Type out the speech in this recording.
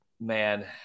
Man